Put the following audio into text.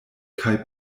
kaj